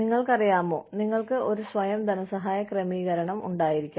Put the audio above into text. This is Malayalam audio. നിങ്ങൾക്കറിയാമോ നിങ്ങൾക്ക് ഒരു സ്വയം ധനസഹായ ക്രമീകരണം ഉണ്ടായിരിക്കാം